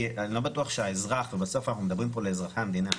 כי אני לא בטוח שהאזרח ובסוף אנחנו מדברים פה על אזרחי המדינה,